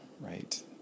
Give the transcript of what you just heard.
Right